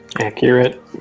Accurate